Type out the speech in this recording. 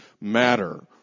matter